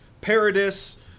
Paradis